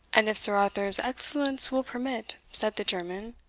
and if sir arthur's excellence will permit, said the german,